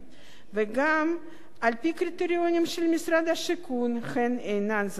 וגם על-פי הקריטריונים של משרד השיכון הן אינן זכאיות,